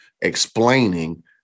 explaining